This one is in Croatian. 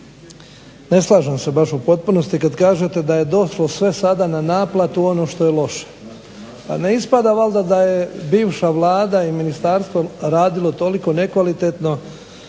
ne slažem se baš u potpunosti kad kažete da je došlo sve sada na naplatu ono što je loše. Pa ne ispada valjda da je bivša Vlada i ministarstvo radilo toliko nekvalitetno